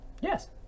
yes